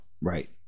Right